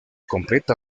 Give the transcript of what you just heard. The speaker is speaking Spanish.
completa